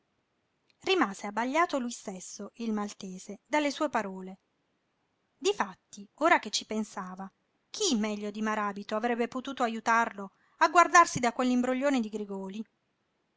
rimase abbagliato lui stesso il maltese dalle sue parole difatti ora che ci pensava chi meglio di maràbito avrebbe potuto ajutarlo a guardarsi da quell'imbroglione di grigòli